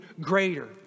greater